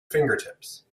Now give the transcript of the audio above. fingertips